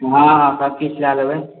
हाँ सब किछु लए लेबै